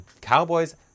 Cowboys